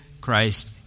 Christ